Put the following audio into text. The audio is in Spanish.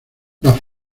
las